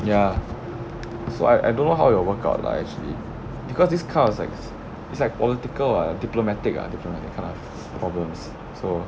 ya so I I don't know how it will work out lah actually because this kind is like it's like political what diplomatic ah diplomatic that kind of problems so